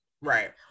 Right